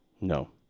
No